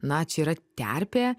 na čia yra terpė